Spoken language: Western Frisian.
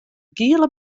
giele